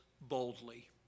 Boldly